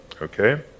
Okay